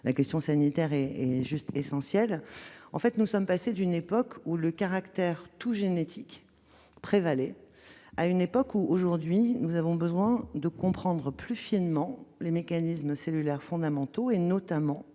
la question sanitaire est bien évidemment essentielle. Deuxièmement, nous sommes passés d'une époque où le caractère tout génétique prévalait à une époque où nous avons besoin de comprendre plus finement les mécanismes cellulaires fondamentaux, notamment